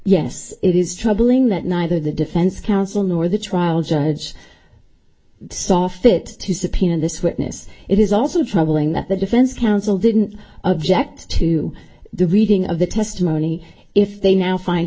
yes it is troubling that neither the defense counsel nor the trial judge i saw fit to subpoena this witness it is also troubling that the defense counsel didn't object to the reading of the testimony if they now find